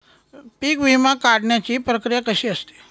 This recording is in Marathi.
पीक विमा काढण्याची प्रक्रिया कशी असते?